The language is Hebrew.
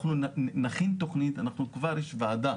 אנחנו נכין תכנית, כבר יש ועדה